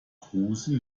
kruse